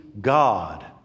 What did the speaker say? God